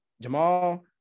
Jamal